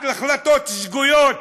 החלטות שגויות.